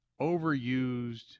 overused